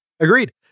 Agreed